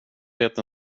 vet